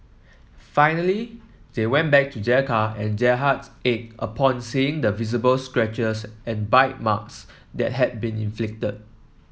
finally they went back to their car and their hearts ached upon seeing the visible scratches and bite marks that had been inflicted